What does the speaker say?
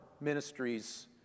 Ministries